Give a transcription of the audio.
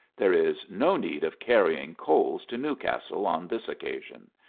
there is no need of carrying coals to newcastle on this occasion.